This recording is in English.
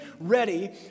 ready